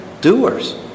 doers